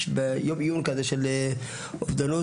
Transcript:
יום עיון של אובדנות.